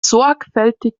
sorgfältig